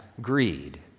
greed